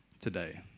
today